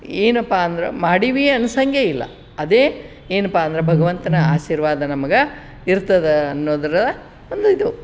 ಏನಪ್ಪ ಅಂದ್ರೆ ಮಾಡೀವಿ ಅನಿಸಂಗೇ ಇಲ್ಲ ಅದೇ ಏನಪ್ಪ ಅಂದ್ರೆ ಭಗವಂತನ ಆಶೀರ್ವಾದ ನಮ್ಗೆ ಇರ್ತದೆ ಅನ್ನೋದರ ಒಂದು ಇದು